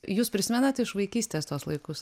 jūs prisimenate iš vaikystės tuos laikus